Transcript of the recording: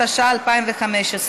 התשע"ה 2015,